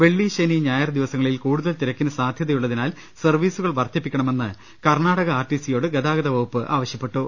വെള്ളി ശനി ഞായർ ദിവസങ്ങളിൽ കൂടുതൽ തിരക്കിന് സാധ്യതയുള്ളതിനാൽ സർവീസുകൾ വർധിപ്പിക്കണമെന്ന് കർണാടക ആർടിസിയോട് ഗതാഗത വകുപ്പ് ആവശ്യപ്പെട്ടു